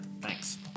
Thanks